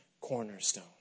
cornerstone